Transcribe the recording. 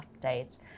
updates